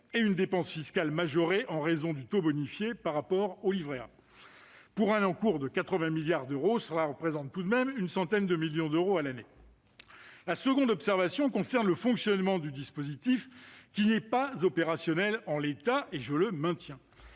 et une dépense fiscale majorée en raison du taux bonifié par rapport au livret A. Pour un encours de 80 milliards d'euros, cela représente tout de même une centaine de millions d'euros par an. La seconde observation concerne le fonctionnement du dispositif, qui n'est pas opérationnel en l'état. La promesse